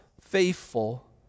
faithful